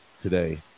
today